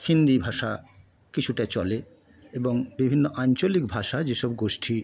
সিন্ধি ভাষা কিছুটা চলে এবং বিভিন্ন আঞ্চলিক ভাষা যেসব গোষ্ঠী